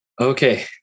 Okay